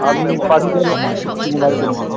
আপনি পাঠিয়ে দেবে বাড়িতে বসে